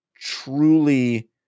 truly